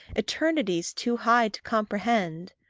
eternities too high to comprehend.